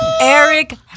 Eric